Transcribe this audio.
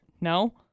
No